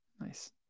Nice